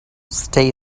stay